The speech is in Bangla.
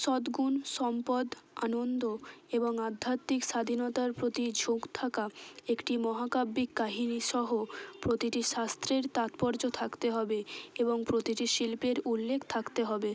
সদ্গুণ সম্পদ আনন্দ এবং আধ্যাত্মিক স্বাধীনতার প্রতি ঝোঁক থাকা একটি মহাকাব্যিক কাহিনিসহ প্রতিটি শাস্ত্রের তাৎপর্য থাকতে হবে এবং প্রতিটি শিল্পের উল্লেখ থাকতে হবে